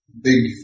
big